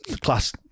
Class